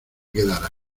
quedará